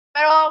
Pero